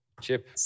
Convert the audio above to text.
chip